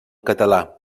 català